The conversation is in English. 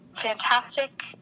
fantastic